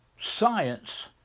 science